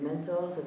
mentors